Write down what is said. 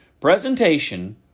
presentation